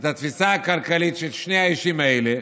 התפיסה הכלכלית של שני האישים האלה,